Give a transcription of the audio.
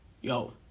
yo